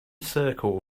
circle